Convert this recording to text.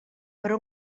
per